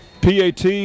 PAT